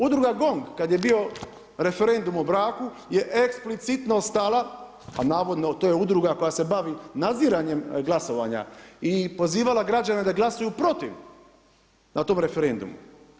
Udruga GONG kad je bio referendum o braku je eksplicitno stala, a navodno to je udruga koja se bavi nadziranjem glasovanja i pozivala građane da glasuju protiv na tom referendumu.